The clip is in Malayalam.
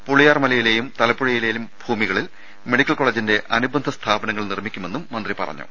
പുളിയാർമലയിലെയും തലപ്പുഴയിലെയും ഭൂമികളിൽ മെഡിക്കൽ കോളേജിന്റെ അനുബന്ധ സ്ഥാപനങ്ങൾ നിർമ്മിക്കുമെന്നും മന്ത്രി പറഞ്ഞു